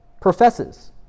professes